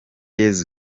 yesu